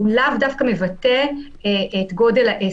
הוא לאו דווקא מבטא את גודל העסק,